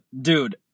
dude